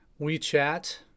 WeChat